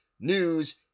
news